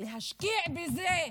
להשקיע בזה.